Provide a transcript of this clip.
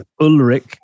Ulrich